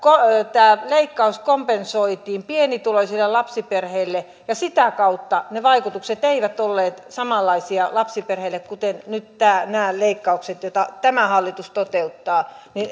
tämä leikkaus kompensoitiin pienituloisille lapsiperheille ja sitä kautta ne vaikutukset eivät olleet samanlaisia lapsiperheille kuten nyt nämä leikkaukset joita tämä hallitus toteuttaa ne